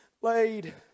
laid